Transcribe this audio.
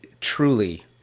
truly